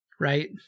right